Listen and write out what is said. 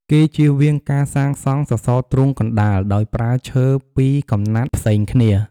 គេចៀសវាងការសាងសង់សសរទ្រូងកណ្តាល ដោយប្រើឈើពីរកំណាត់ផ្សេងគ្នា។